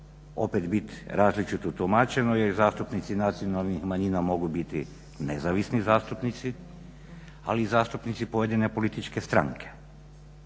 opet biti različito tumačeno jer zastupnici nacionalnih manjina mogu biti nezavisni zastupnici ali i zastupnici pojedine političke stranke!